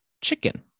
chicken